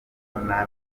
nta